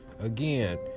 Again